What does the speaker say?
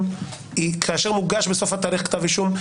היא כאשר מוגש בסוף התהליך כתב אישום,